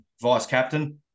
vice-captain